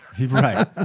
right